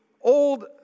old